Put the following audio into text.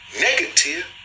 negative